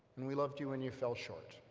and we loved you when you fell short.